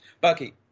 Bucky